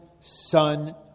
son